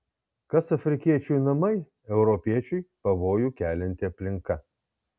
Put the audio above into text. kas afrikiečiui namai europiečiui pavojų kelianti aplinka